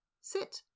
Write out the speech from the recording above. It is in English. sit